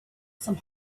some